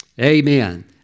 Amen